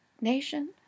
nation